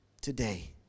today